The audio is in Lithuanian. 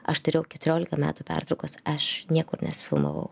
aš turėjau keturioliką metų pertraukos aš niekur nesifilmavau